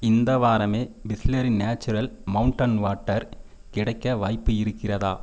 இந்த வாரமே Bisleri natural mountain water கிடைக்க வாய்ப்பு இருக்கிறதா